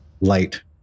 light